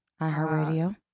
iHeartRadio